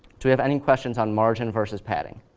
do we have any questions on margin versus padding?